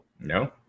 No